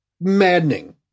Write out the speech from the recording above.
maddening